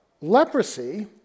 leprosy